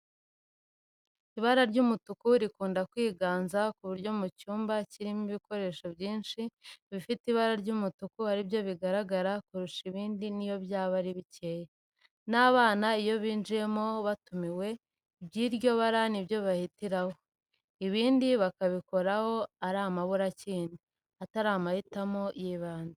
Ibara ry'umutuku rikunda kwiganza, ku buryo mu cyumba kirimo ibikoresho byinshi, ibifite ibara ry'umutuku aribyo bigaragara kurusha ibindi n'iyo byaba aribyo bikeya. N'abana iyo binjiyemo batumiwe, iby'iryo bara nibyo bahitiraho, ibindi bakabikoraho ari amaburakindi, atari amahitamo y'ibanze.